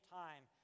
time